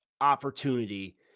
opportunity